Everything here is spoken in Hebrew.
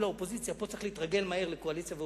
פה צריך להתרגל מהר לקואליציה-אופוזיציה,